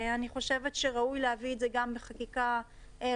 אני חושבת שראוי להביא את זה גם בחקיקה ראשית,